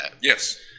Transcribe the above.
Yes